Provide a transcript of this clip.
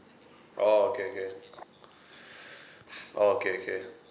orh okay okay orh okay okay